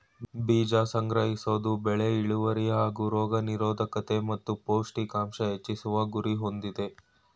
ಬೀಜ ಸಂಗ್ರಹಿಸೋದು ಬೆಳೆ ಇಳ್ವರಿ ಹಾಗೂ ರೋಗ ನಿರೋದ್ಕತೆ ಮತ್ತು ಪೌಷ್ಟಿಕಾಂಶ ಹೆಚ್ಚಿಸುವ ಗುರಿ ಹೊಂದಯ್ತೆ